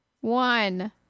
one